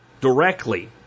directly